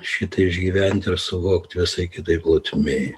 šitai išgyvent ir suvokt visai kitoj plotmėj